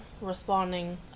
responding